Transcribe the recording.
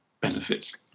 benefits